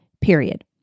period